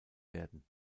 werden